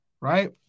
right